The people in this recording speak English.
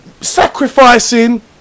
sacrificing